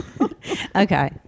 Okay